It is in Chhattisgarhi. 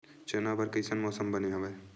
चना बर कइसन मौसम बने हवय?